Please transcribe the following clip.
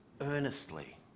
earnestly